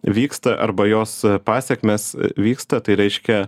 vyksta arba jos pasekmės vyksta tai reiškia